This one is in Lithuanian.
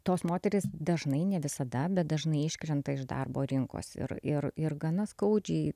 tos moterys dažnai ne visada bet dažnai iškrenta iš darbo rinkos ir ir ir gana skaudžiai